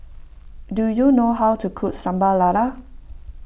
do you know how to cook Sambal Lala